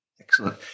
Excellent